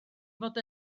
fod